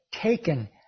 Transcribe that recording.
taken